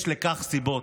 יש לכך סיבות: